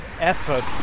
effort